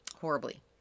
horribly